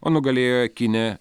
o nugalėjo kinė